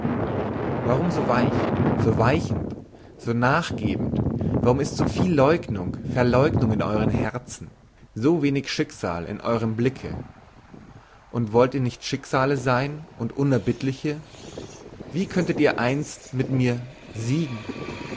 warum so weich so weichend und nachgebend warum ist so viel leugnung verleugnung in eurem herzen so wenig schicksal in eurem blicke und wollt ihr nicht schicksale sein und unerbittliche wie könntet ihr einst mit mir siegen